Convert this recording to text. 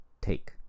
Take